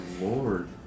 lord